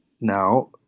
now